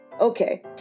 Okay